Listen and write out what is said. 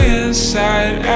inside